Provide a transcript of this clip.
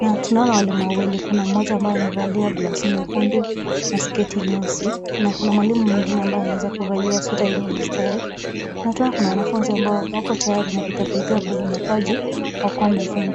na tunaona walimu wawili kuna mmoja ambaye amevalia blause nyekundu na sketi nyeusi, na kuna mwalimu mwingine ambaye ameweza kuvalia sweta yenye mistari. Natena kuna wanafunzi ambao wako tayari na vitabu vyao kwenye mapaja wakiwa wamefungua.